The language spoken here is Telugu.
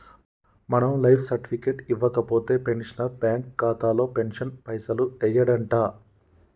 మనం లైఫ్ సర్టిఫికెట్ ఇవ్వకపోతే పెన్షనర్ బ్యాంకు ఖాతాలో పెన్షన్ పైసలు యెయ్యడంట